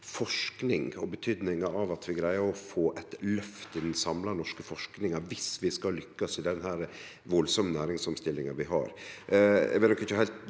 forsking og betydninga av at vi greier å få eit løft i den samla norske forskinga om vi skal lykkast med denne veldige næringsomstillinga som vi har.